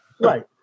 right